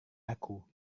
aku